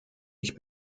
ich